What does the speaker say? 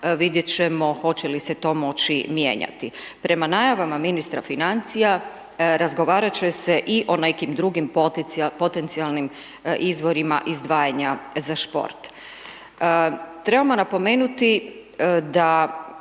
vidjeti ćemo hoće li se to moći mijenjati. Prema najavama ministra financija, razgovarati će se i o nekim drugim potencijalnim izvorima izdvajanja za šport. Trebamo napomenuti da